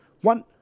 one